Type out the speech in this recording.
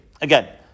Again